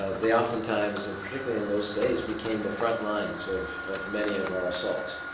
they oftentimes particularly in those days became the front lines of of many of our assaults.